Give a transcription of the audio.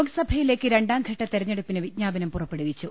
ലോക്സഭയിലേക്ക് രണ്ടാംഘട്ട തിരഞ്ഞെടുപ്പിന് വിജ്ഞാപനം പുറ പ്പെടുവിച്ചു